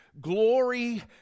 glory